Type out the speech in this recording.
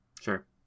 Sure